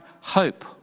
hope